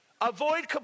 Avoid